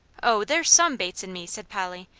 oh, there's some bates in me, said polly.